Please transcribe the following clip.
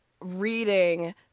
reading